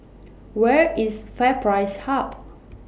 Where IS FairPrice Hub